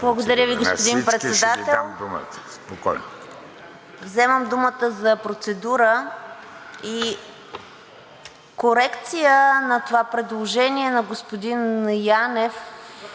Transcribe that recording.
Благодаря Ви, господин Председател. Вземам думата за процедура и корекция на предложението на господин Янев.